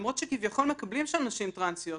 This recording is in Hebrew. למרות שכביכול מקבלים שם נשים טרנסיות.